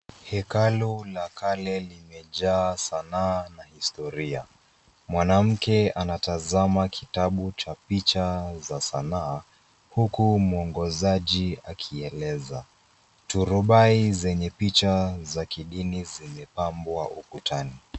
Hekalu la kale limejaa sanaa na historia. Mwanamke anatazama kitabu cha picha za sanaa huku mwongozaji akieleza. Turubai zenye picha za kidini zimepambwa ukutani.